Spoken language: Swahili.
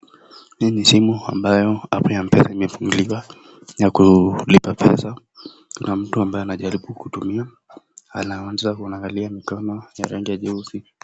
Hii ni simu ambayo app mpesa imefumguliwa ya kulipa pesa na mtu ambaye anajaribu kutumia mtu ,alawas yako unaangalia nkama yanga juzi.